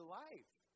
life